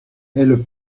elles